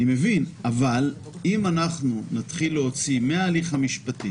אבל אם אנחנו נתחיל להוציא מההליך המשפטי